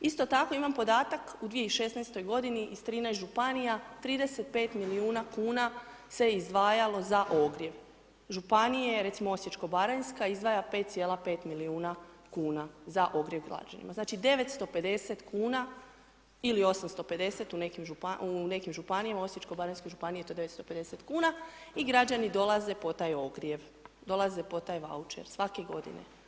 Isto tako imam podatak u 2016. godini iz 13 županija, 35 milijuna kuna se izdvajalo sa ogrijev, Županije, recimo Osječko-baranjska izdvaja 5,5 milijuna kuna za ogrijev građanima, znači 950 kuna ili 850 u nekim Županijama, Osječko-baranjskoj županiji je to 950 kuna, i građani dolaze to taj ogrijev, dolaze po taj voucher svake godine.